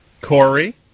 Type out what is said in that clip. Corey